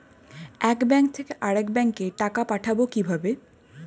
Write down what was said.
এক ব্যাংক থেকে আরেক ব্যাংকে টাকা পাঠাবো কিভাবে?